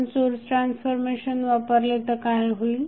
आपण जर source transformation वापरले तर काय होईल